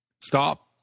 stop